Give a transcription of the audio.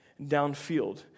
downfield